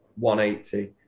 180